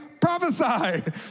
prophesy